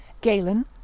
GALEN